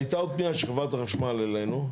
הייתה עוד פנייה של חברת החשמל אלינו,